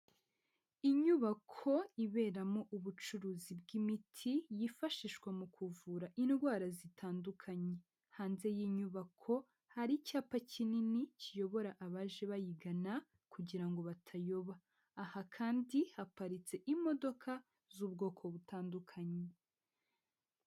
Inyubako iberamo ubucuruzi bw'imiti yifashishwa mu kuvura indwara zitandukanye, hanze y'inyubako hari icyapa kinini kiyobora abaje bayigana kugira ngo batayoba, aha kandi haparitse imodoka z'ubwoko butandukanye.